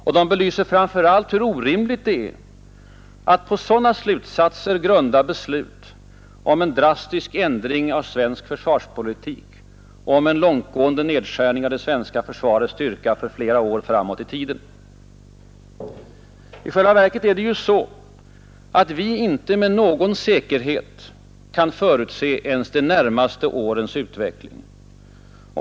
Och de belyser framför allt hur orimligt det är att på sådana slutsatser grunda beslut om en drastisk ändring av svensk försvarspolitik och en långtgående nedskärning av det svenska försvarets styrka för flera år framåt i tiden. I själva verket är det ju så, att vi inte med någon säkerhet kan förutse ens de närmaste årens utveckling.